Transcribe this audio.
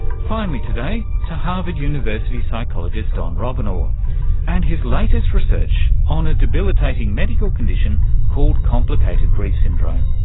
finally today, to harvard university psychologist don robinaugh and his latest research on a debilitating medical condition called complicated grief syndrome.